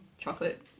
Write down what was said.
chocolate